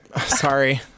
Sorry